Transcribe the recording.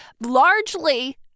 largely